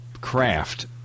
craft